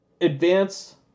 advance